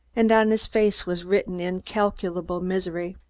and on his face was written incalculable misery.